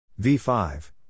V5